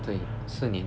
对四年